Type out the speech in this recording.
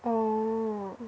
orh